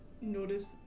notice